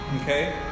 okay